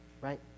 right